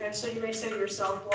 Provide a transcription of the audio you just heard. and so you may say to yourself,